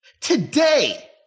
Today